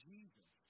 Jesus